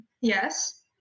Yes